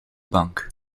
bank